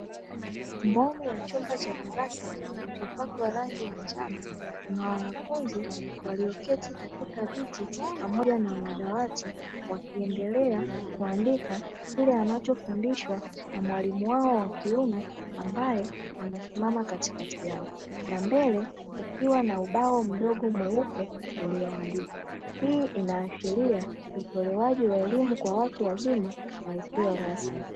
Boni ya chumba cha darasa kilichopakwa rangi ya njano kuna wanafunzi walioketi katika viti pamoja na madawati wakiendelea kuandika kile anachofundishwa na mwalimu wao wa kiume ambaye amesimama katikati yao na mbele kukiwa na ubao mdogo mweupe ulioandikwa hii inaashiria utolewaji wa elimu kwa watu wazima na isiyo rasmi.